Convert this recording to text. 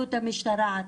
התנהלות המשטרה עצמה?